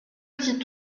dit